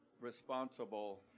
responsible